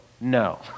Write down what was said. No